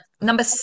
number